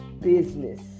business